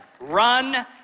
run